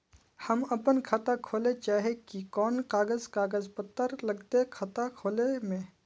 हम अपन खाता खोले चाहे ही कोन कागज कागज पत्तार लगते खाता खोले में?